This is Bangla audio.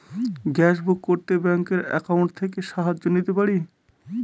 গ্যাসবুক করতে ব্যাংকের অ্যাকাউন্ট থেকে সাহায্য নিতে পারি?